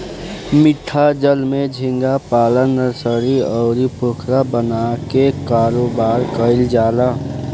मीठा जल में झींगा पालन नर्सरी, अउरी पोखरा बना के कारोबार कईल जाला